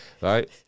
right